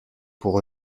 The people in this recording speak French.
pour